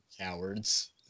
Cowards